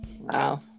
Wow